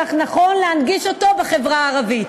כך נכון להנגיש אותו בחברה הערבית.